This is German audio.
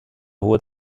hohe